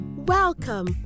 Welcome